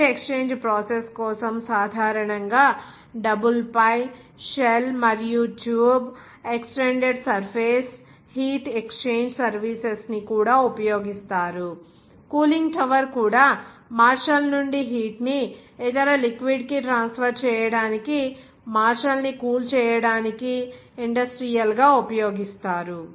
heat exchange process కోసం సాధారణంగా double పై షెల్ మరియు tube extended surface heat exchange services ని కూడా ఉపయోగిస్తారు కూలింగ్ టవర్ కూడా మార్షల్ నుండి హీట్ ని ఇతర లిక్విడ్ కి ట్రాన్స్ఫర్ చేయడానికి మార్షల్ ని కూల్ చేయడానికి ఇండస్ట్రియల్ గా ఉపయోగిస్తారు